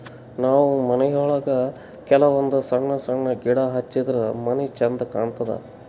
ನಾವ್ ಮನಿಯೊಳಗ ಕೆಲವಂದ್ ಸಣ್ಣ ಸಣ್ಣ ಗಿಡ ಹಚ್ಚಿದ್ರ ಮನಿ ಛಂದ್ ಕಾಣತದ್